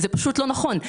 זה פשוט לא נכון.